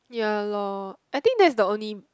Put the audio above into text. ya lor I think that is the only